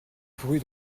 couru